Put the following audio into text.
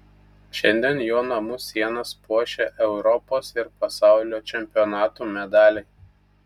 šiandien jo namų sienas puošia europos ir pasaulio čempionatų medaliai